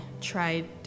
tried